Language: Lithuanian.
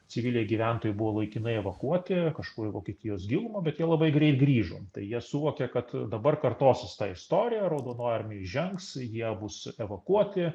civiliai gyventojai buvo laikinai evakuoti kažkur į vokietijos gilumą bet jie labai greit grįžo tai jie suvokė kad dabar kartosis ta istorija raudonoji armija įžengs jie bus evakuoti